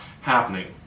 happening